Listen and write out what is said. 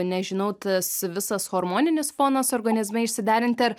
nežinau tas visas hormoninis fonas organizme išsiderinti ar